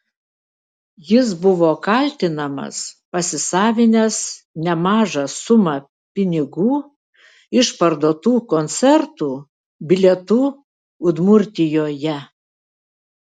jis buvo kaltinamas pasisavinęs nemažą sumą pinigų iš parduotų koncertų bilietų udmurtijoje